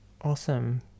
awesome